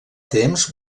temps